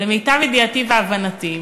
אבל למיטב ידיעתי והבנתי,